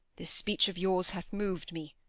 this speech of yours hath mov'd me,